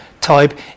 type